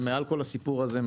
ומעל כל הסיפור הזה,